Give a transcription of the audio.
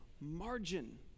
Margin